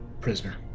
prisoner